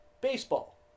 baseball